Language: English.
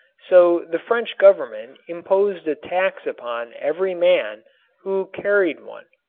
so the french government imposed a tax upon every man who carried one.